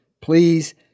please